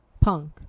punk